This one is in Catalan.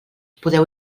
podeu